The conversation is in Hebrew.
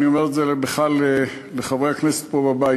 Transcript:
אני אומר את זה בכלל לחברי הכנסת פה בבית: